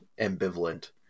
ambivalent